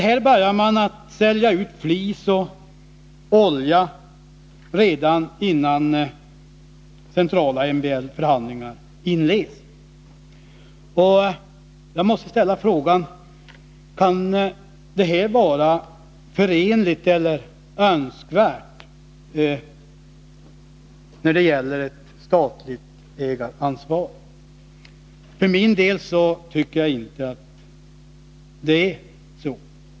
NCB börjar sälja ut flis och olja redan innan centrala MBL-förhandlingar har inletts. Jag måste ställa frågan: Kan detta vara önskvärt när det gäller ett statligt ägaransvar? För min del tycker jag inte att det är det.